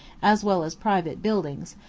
as well as private, buildings,